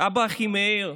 אב"א אחימאיר.